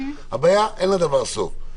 הבעיה היא שאין לדבר סוף.